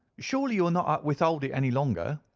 surely you will not withhold it any longer.